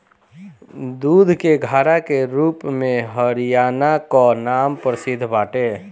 दूध के घड़ा के रूप में हरियाणा कअ नाम प्रसिद्ध बाटे